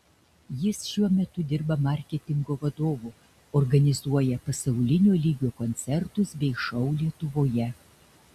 jis šiuo metu dirba marketingo vadovu organizuoja pasaulinio lygio koncertus bei šou lietuvoje